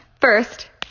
first